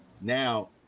now